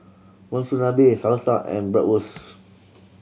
Monsunabe Salsa and Bratwurst